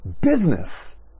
business